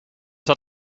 zat